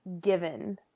given